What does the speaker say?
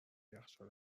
یخچال